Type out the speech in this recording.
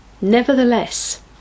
Nevertheless